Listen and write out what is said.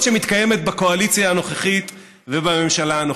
שמתקיימת בקואליציה הנוכחית ובממשלה הנוכחית?